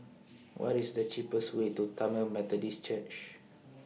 What IS The cheapest Way to Tamil Methodist Church